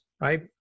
right